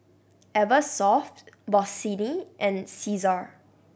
Eversoft Bossini and Cesar